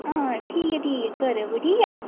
आं ठीक ठीक करेओ भी आं करियै